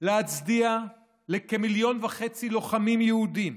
להצדיע לכמיליון וחצי לוחמים יהודים